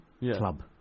Club